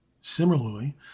Similarly